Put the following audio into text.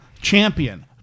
Champion